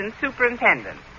superintendent